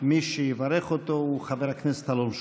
מי שיברך אותו הוא חבר כנסת אלון שוסטר.